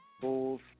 Bulls